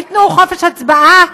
ייתנו חופש הצבעה,